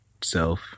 self